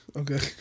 okay